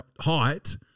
height